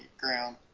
ground